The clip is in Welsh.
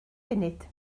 funud